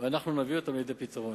ואנחנו נביא אותם לידי פתרון.